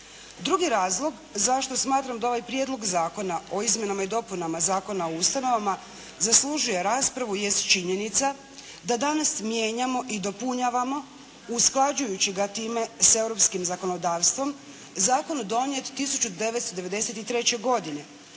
Drugi razlog zašto smatram da ovaj Prijedlog zakona o izmjenama i dopunama Zakona o ustanovama zaslužuje raspravu jest činjenica da danas mijenjamo i dopunjavamo, usklađujući ga time sa europskim zakonodavstvom Zakon donijet 1993. godine.